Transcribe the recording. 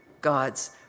God's